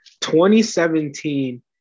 2017